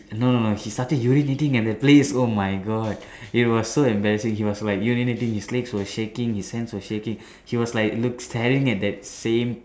no no no he started urinating at that place oh my god it was so embarrassing he was like urinating his legs were shaking his hands were shaking he was like look staring at that same